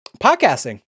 podcasting